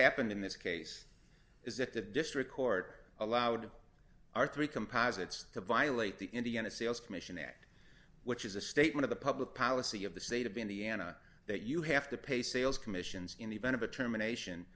happened in this case is that the district court allowed our three composites to violate the indiana sales commission act which is a statement of the public policy of the state of being the ana that you have to pay sales commissions in the event of a termination